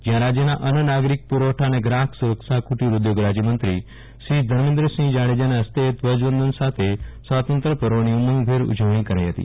જ્યાં રાજ્યના અન્ન નાગરિક પૂરવઠા અને ગ્રાફક સુરક્ષા કુટીર ઉદ્યોગ રાજ્યમંત્રી શ્રી ધર્મેન્દ્રસિંફ જાડેજાના ફસ્તે ધ્વજવંદન સાથે સ્વાતંત્ર્ય પર્વની ઉમંગભેર ઉજવણી કરાઇ હતી